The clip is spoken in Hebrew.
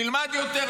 נלמד יותר,